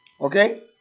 Okay